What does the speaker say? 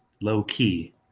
low-key